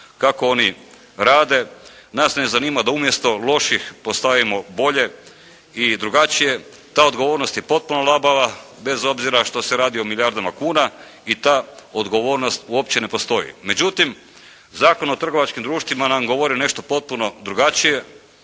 kako oni rade, nas ne zanima da umjesto loših postavimo bolje i drugačije, ta odgovornost je potpuno labava bez obzira što se radi o milijardama kuna i ta odgovornost uopće ne postoji. Međutim Zakon o trgovačkim društvima nam govori nešto potpuno drugačije,